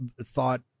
thought